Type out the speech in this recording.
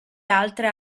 altre